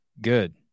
good